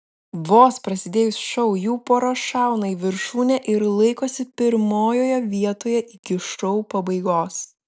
vos prasidėjus šou jų pora šauna į viršūnę ir laikosi pirmojoje vietoje iki šou pabaigos